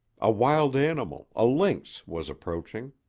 a wild animal a lynx was approaching.